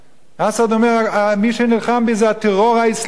אסד אומר: מי שנלחם בי זה הטרור האסלאמי.